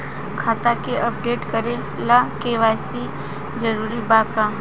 खाता के अपडेट करे ला के.वाइ.सी जरूरी बा का?